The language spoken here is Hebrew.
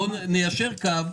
בואו ניישר קו.